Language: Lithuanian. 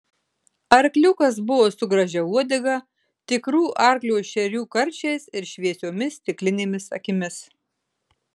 arkliukas buvo su gražia uodega tikrų arklio šerių karčiais ir šviesiomis stiklinėmis akimis